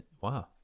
Wow